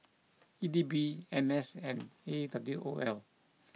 E D B N S and A W O L